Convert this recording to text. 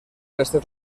restes